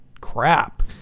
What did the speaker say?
crap